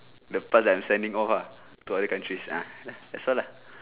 the parts that I am sending off lah to other countries ah that's all lah